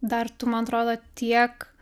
dar tu man atrodo tiek